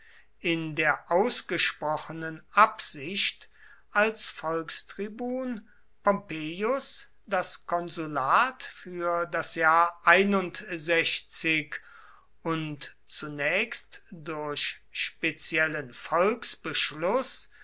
in der ausgesprochenen absicht als volkstribun pompeius das konsulat für das jahr und zunächst durch speziellen